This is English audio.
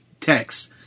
text